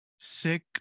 sick